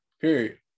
period